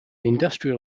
industrial